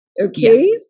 Okay